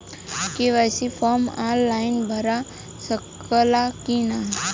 KYC form online भरा सकला की ना?